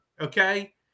okay